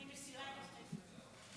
אני מסירה את ההסתייגויות.